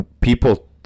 people